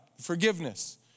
forgiveness